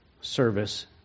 service